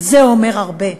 זה אומר הרבה.